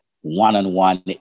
one-on-one